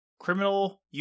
Criminal